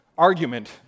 argument